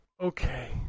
Okay